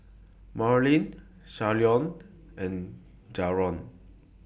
Marlie Shalon and Jaron